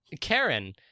Karen